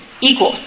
equal